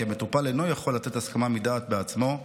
המטופל אינו יכול לתת הסכמה מדעת בעצמו,